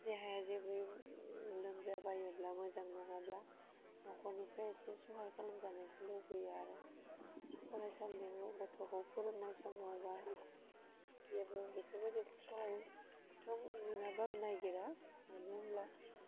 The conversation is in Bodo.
देहाया जेबो लोमजाबायोब्ला मोजां नङाब्ला नखरनिफ्राय एसे सहाय खालामजानायखौ लुगैयो आरो फरायसालियाव गथ'खौ फोरोंनाय समाव बा जे बुं बेफोरबायदिखौ सहायथ' मोनाबाबो नायगिरा मानो होमब्ला